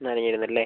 നനഞ്ഞിരുന്നല്ലേ